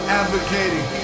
advocating